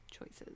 choices